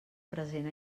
present